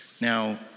Now